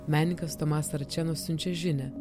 menininkas tomas račeno siunčia žinią